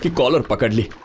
collar, but